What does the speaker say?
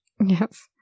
Yes